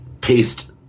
paste